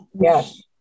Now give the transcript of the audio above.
Yes